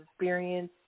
experience